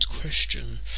question